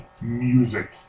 music